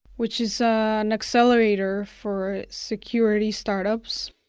which is ah an accelerator for security startups.